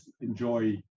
enjoy